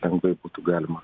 lengvai būtų galima